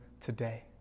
today